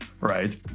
right